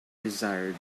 desire